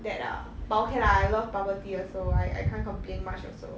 that ah but okay lah I love bubble tea also I I can't complain much also